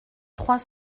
trois